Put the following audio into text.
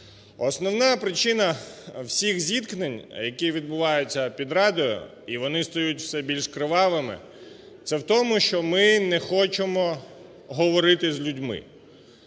Основна причина всіх зіткнень, які відбуваються під Радою, і вони стають все більш кривавими, це в тому, що ми не хочемо говорити з людьми.